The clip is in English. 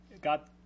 got